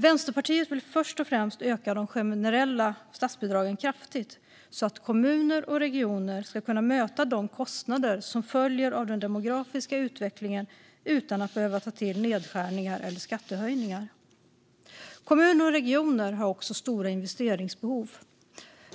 Vänsterpartiet vill först och främst öka de generella statsbidragen kraftigt så att kommuner och regioner ska kunna möta de kostnader som följer av den demografiska utvecklingen utan att behöva ta till nedskärningar eller skattehöjningar. Kommuner och regioner har också stora investeringsbehov.